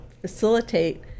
facilitate